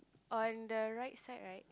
oh and the right side right